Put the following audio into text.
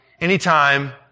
anytime